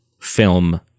film